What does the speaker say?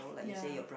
ya